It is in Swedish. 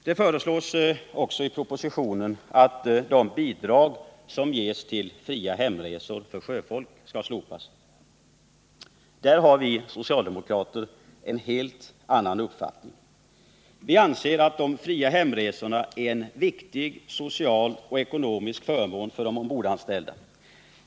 Det föreslås också i propositionen att de bidrag som getts till fria hemresor för sjöfolk skall slopas. Där har vi socialdemokrater en helt annan uppfattning. Vi anser att de fria hemresorna är en viktig social och ekonomisk förmån för de ombordanställda.